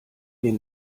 den